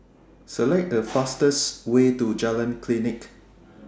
Select The fastest Way to Jalan Klinik